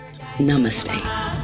Namaste